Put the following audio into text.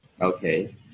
Okay